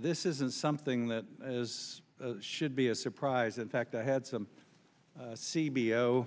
this isn't something that as should be a surprise in fact i had some see below